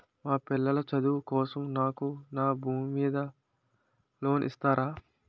మా పిల్లల చదువు కోసం నాకు నా భూమి మీద లోన్ ఇస్తారా?